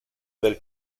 del